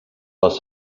les